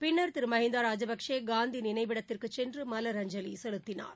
பின்னர் திரு மகிந்தா ராஜபக்சே காந்தி நினைவிடத்திற்கு சென்று மலரஞ்சவி செலுத்தினார்